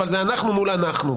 אבל זה אנחנו מול אנחנו.